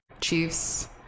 Chiefs